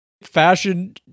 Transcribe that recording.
fashion